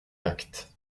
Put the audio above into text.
actes